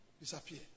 disappear